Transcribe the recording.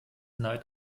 neid